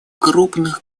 крупных